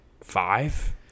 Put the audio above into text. five